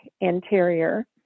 interior